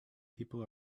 people